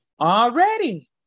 already